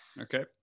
Okay